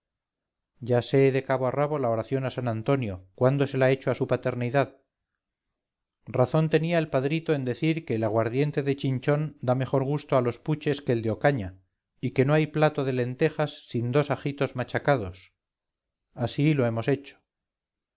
ya sé de cabo a rabo la oración a san antonio cuándo se la echo a su paternidad razón tenía el padrito en decir que el aguardiente de chinchón da mejor gusto a los puches que el de ocaña y que no hay platode lentejas sin dos ajitos machacados así lo hemos hecho